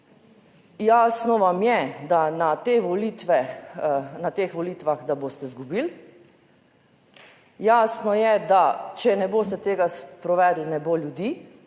na te volitve, na teh volitvah, da boste izgubili; jasno je, da če ne boste tega sprovedli, ne bo ljudi,